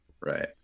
Right